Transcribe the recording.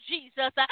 Jesus